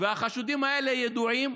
והחשודים האלה ידועים,